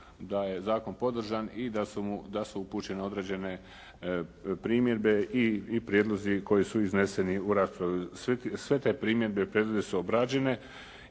da je zakon podržan i da su mu, da su upućene određene primjedbe i prijedlozi koji su izneseni u raspravi. Sve te primjedbe i prijedlozi su obrađene